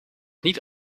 niet